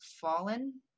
fallen